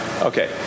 okay